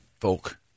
folk